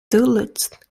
duluth